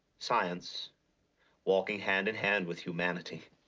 science walking hand in hand with humanity.